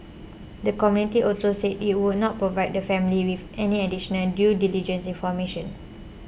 the committee also said it would not provide the family with any additional due diligence information